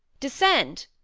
descend!